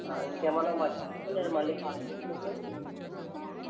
ఇంకేమన్న మర్చిపోయింటే నేను మళ్ళీ కాల్ చేసి మీకు